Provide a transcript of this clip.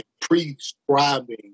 prescribing